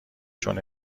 چون